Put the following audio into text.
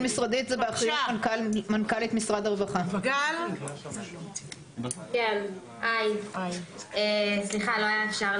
פעולה בין-משרדי גם עם המשטרה וגם עם משרד הבריאות כדי להבין באיזה מודל